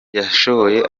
yashoye